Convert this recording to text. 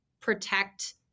protect